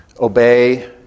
Obey